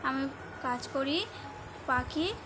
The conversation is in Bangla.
আমি কাজ করি পাখি